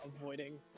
avoiding